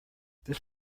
this